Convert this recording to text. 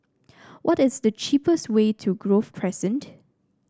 what is the cheapest way to Grove Crescent